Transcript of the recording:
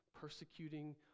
persecuting